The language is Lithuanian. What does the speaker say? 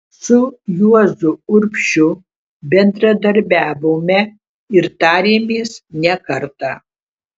su juozu urbšiu bendradarbiavome ir tarėmės ne kartą